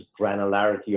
granularity